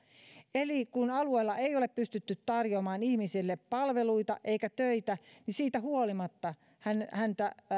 eli kun alueella ei ole pystytty tarjoamaan ihmisille palveluita eikä töitä niin siitä huolimatta heidän toimeentuloansa